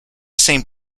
same